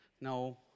No